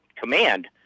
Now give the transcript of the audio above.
command